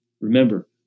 Remember